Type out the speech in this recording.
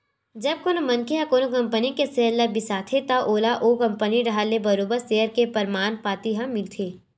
जब कोनो मनखे ह कोनो कंपनी के सेयर ल बिसाथे त ओला ओ कंपनी डाहर ले बरोबर सेयर के परमान पाती ह मिलथे